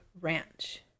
Ranch